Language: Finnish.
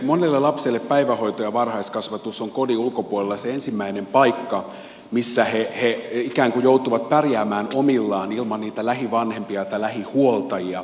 monelle lapselle päivähoito ja varhaiskasvatus on kodin ulkopuolella se ensimmäinen paikka missä he ikään kuin joutuvat pärjäämään omillaan ilman niitä lähivanhempiaan tai lähihuoltajiaan